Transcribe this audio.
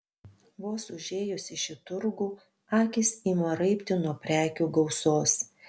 vos užėjus į šį turgų akys ima raibti nuo prekių gausos